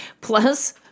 plus